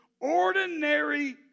ordinary